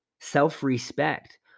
self-respect